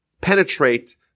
penetrate